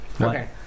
Okay